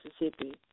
Mississippi